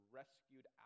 rescued